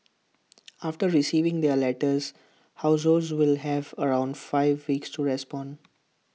after receiving their letters households will have around five weeks to respond